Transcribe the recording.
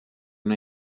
una